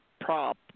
prop